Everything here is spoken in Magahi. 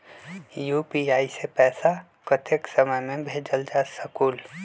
यू.पी.आई से पैसा कतेक समय मे भेजल जा स्कूल?